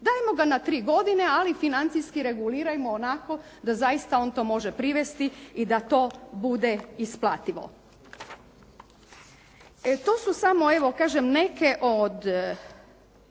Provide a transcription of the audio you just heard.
Dajemo ga na tri godine, ali financijski regulirajmo onako da zaista on to može privesti i da to bude isplativo. E tu su samo kažem